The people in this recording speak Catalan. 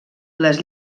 les